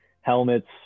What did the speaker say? helmets